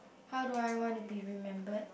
how do I want to be remembered